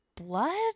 blood